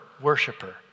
worshiper